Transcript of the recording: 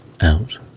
out